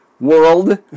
world